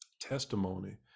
testimony